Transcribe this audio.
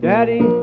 Daddy